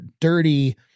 dirty